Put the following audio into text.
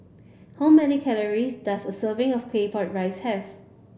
how many calories does a serving of claypot rice have